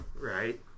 right